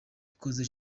zikoze